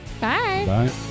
Bye